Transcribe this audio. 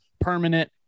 permanent